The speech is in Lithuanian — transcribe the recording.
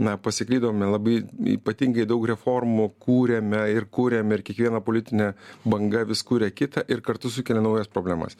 na pasiklydome labai ypatingai daug reformų kūrėme ir kuriam ir kiekviena politinė banga vis kuria kitą ir kartu sukelia naujas problemas